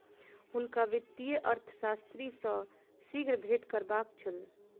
हुनका वित्तीय अर्थशास्त्री सॅ शीघ्र भेंट करबाक छल